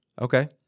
Okay